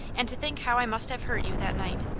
and to think how i must have hurt you that night!